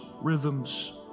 rhythms